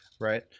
right